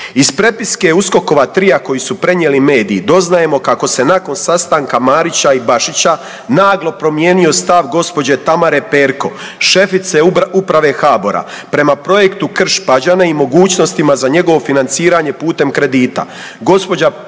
Iz prepiske USKOK-ova trija koji su prenijeli mediji doznajemo kako se nakon sastanka Marića i Bašića naglo promijenio stav gđe. Tamare Perko, šefice uprave HBOR-a prema projektu Krš-Pađene i mogućnostima za njegovo financiranje putem kredita.